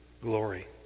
glory